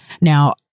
Now